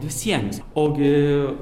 visiems ogi